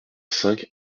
cinq